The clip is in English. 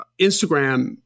Instagram